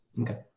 Okay